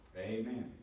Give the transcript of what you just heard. Amen